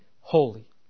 holy